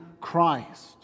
Christ